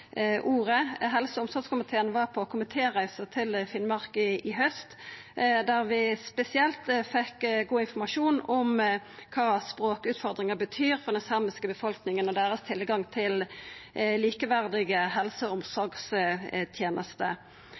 ordet. Helse- og omsorgskomiteen var på reise til Finnmark i haust. Der fekk vi spesielt god informasjon om kva språkutfordringane betyr for den samiske befolkninga og deira tilgang til likeverdige helse- og omsorgstenester.